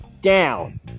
Down